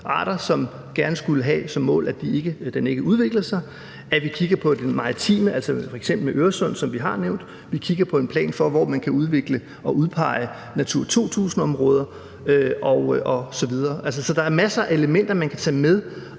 vi gerne skulle have som mål, at rødlisten ikke bliver større; at vi kigger på det maritime, altså f.eks. Øresund, som vi har nævnt; og at vi kigger på en plan for, hvor man kan udvikle og udpege Natura 2000-områder osv. Så der er masser af elementer, man kan tage med